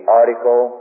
article